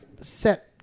set